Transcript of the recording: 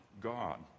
God